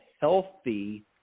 healthy